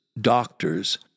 doctors